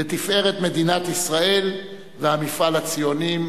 לתפארת מדינת ישראל והמפעל הציוני.